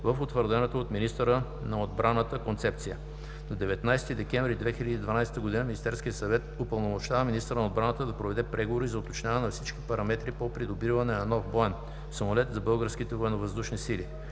в утвърдената от министъра на отбраната Концепция; - на 19 декември 2012 г. Министерският съвет упълномощава министъра на отбраната да проведе преговори за уточняване на всички параметри по придобиване на нов боен самолет за българските ВВС.